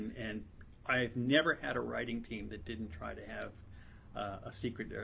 and i have never had a writing team that didn't try to have a secret,